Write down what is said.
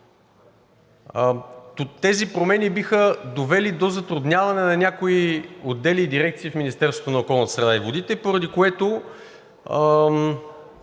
Тези промени биха довели до затрудняване на някои отдели и дирекции в Министерството